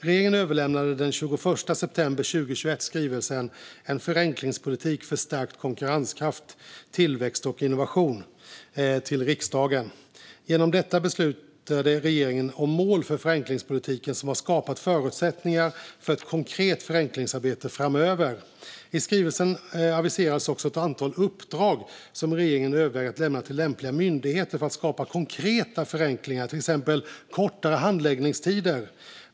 Regeringen överlämnade den 21 september 2021 skrivelsen En för enklingspolitik för stärkt konkurrenskraft, tillväxt och innovation till riksdagen. Genom detta beslutade regeringen om mål för förenklingspolitiken, som har skapat förutsättningar för ett konkret förenklingsarbete framöver. I skrivelsen aviserades också ett antal uppdrag som regeringen överväger att lämna till lämpliga myndigheter för att skapa konkreta förenklingar, till exempel kortare handläggningstider.